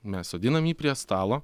mes sodinam jį prie stalo